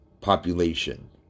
population